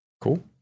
Cool